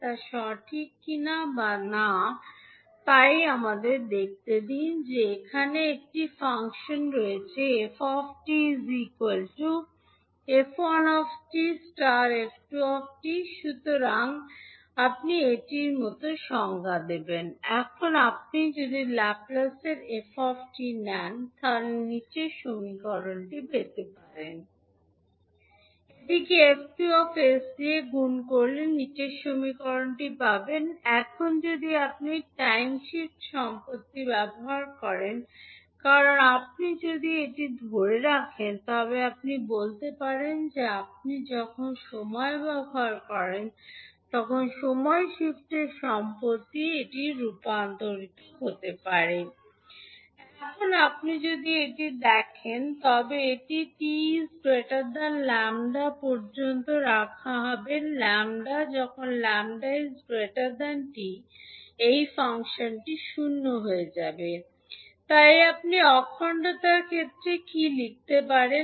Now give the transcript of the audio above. তা সঠিক কিনা বা না তাই আমাদের দেখতে দিন যে এখানে একটি ফাংশন রয়েছে 𝑓 𝑡 𝑓1 𝑡 ∗ 𝑓2 𝑡 সুতরাং আপনি এটির মতো সংজ্ঞা দেবেন এখন আপনি যদি ফাংশনটির ল্যাপ্লেস f𝑡 নেন 0 এটিকে 𝐹2 𝑠 দিয়ে গুণ করে এখন যদি আপনি টাইম শিফ্ট সম্পত্তি ব্যবহার করেন কারণ আপনি যদি এটি ধরে রাখেন তবে আপনি বলতে পারেন যে আপনি যখন সময় ব্যবহার করেন তখন সময় শিফটের সম্পত্তি এটি রূপান্তরিত হতে পারে এখন আপনি যদি এটি দেখেন তবে এটি 𝑡 𝜆 পর্যন্ত রাখা হবে 𝜆 যখন 𝜆 𝑡 এই ফাংশনটি শূন্য হয়ে যাবে তাই আপনি অখণ্ডতার ক্ষেত্রে কী লিখতে পারেন